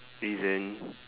reason